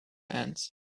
ants